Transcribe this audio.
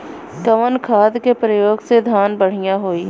कवन खाद के पयोग से धान बढ़िया होई?